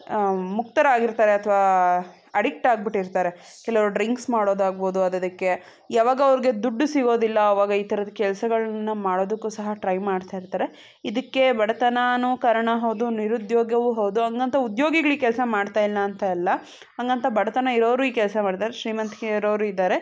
ಮುಕ್ತರಾಗಿರ್ತಾರೆ ಅಥವಾ ಅಡಿಕ್ಟ್ ಆಗ್ಬಿಟ್ಟಿರ್ತಾರೆ ಕೆಲವ್ರು ಡ್ರಿಂಕ್ಸ್ ಮಾಡೋದಾಗ್ಬೋದು ಅದು ಅದಕ್ಕೆ ಯಾವಾಗ ಅವ್ರಿಗೆ ದುಡ್ಡು ಸಿಗೋದಿಲ್ಲ ಆವಾಗ ಈ ಥರದ್ದು ಕೆಲಸಗಳ್ನ ಮಾಡೋದಕ್ಕೂ ಸಹ ಟ್ರೈ ಮಾಡ್ತಾ ಇರ್ತಾರೆ ಇದಕ್ಕೆ ಬಡತನನೂ ಕಾರಣ ಹೌದು ನಿರುದ್ಯೋಗವೂ ಹೌದು ಹಾಗಂತ ಉದ್ಯೋಗಿಗಳು ಈ ಕೆಲಸ ಮಾಡ್ತಾ ಇಲ್ಲ ಅಂತ ಅಲ್ಲ ಹಾಗಂತ ಬಡತನ ಇರೋರು ಈ ಕೆಲಸ ಮಾಡ್ತಾರೆ ಶ್ರೀಮಂತಿಕೆ ಇರೋರು ಇದ್ದಾರೆ